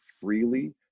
freely